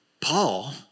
Paul